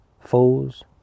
fools